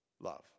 love